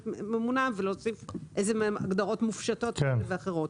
ממונע ולהוסיף הגדרות מופשטות כאלה ואחרות.